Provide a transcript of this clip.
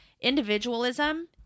individualism